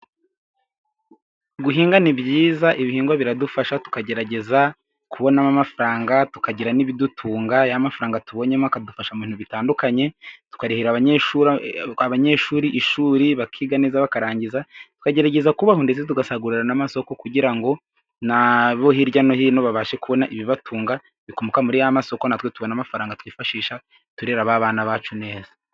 Guhinga ni byiza, ibihingwa biradufasha tukagerageza kubonamo amafaranga tukagira n'ibidutunga, y'amafaranga tubonyemo akadufasha ibintu bitandukanye, tukarihera abanye abanyeshuri ishuri bakiga neza bakarangiza bakagerageza kubaho, ndetse tugasagurana n'amasoko kugira ngo nabo hirya no hino babashe kubona ibibatunga, a bikumuka muri ya mamasoko natwe tubona amafaranga twifashisha ture abana bacu neza.